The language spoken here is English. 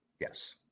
Yes